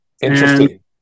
Interesting